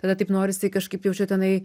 tada taip norisi kažkaip jau čia tenai